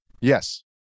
Yes